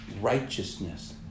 righteousness